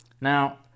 Now